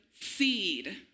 seed